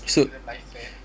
s~